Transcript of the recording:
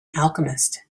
alchemist